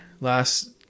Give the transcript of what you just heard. last